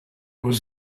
was